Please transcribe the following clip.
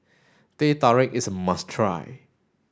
Teh Tarik is a must try